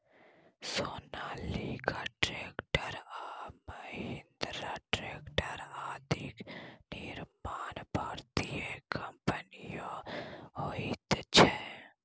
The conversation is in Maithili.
सोनालिका ट्रेक्टर आ महिन्द्रा ट्रेक्टर आदिक निर्माण भारतीय कम्पनीमे होइत छै